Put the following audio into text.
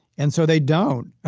and so they don't,